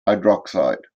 hydroxide